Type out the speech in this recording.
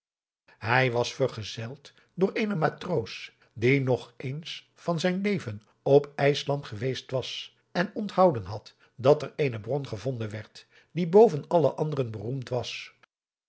hij was vergezeld door eenen matroos die nog eens van zijn leven op ijsland geweest was en onthouden had dat er eene bron gevonden werd die boven alle anderen beroemd was